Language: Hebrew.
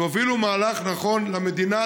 תובילו מהלך נכון למדינה,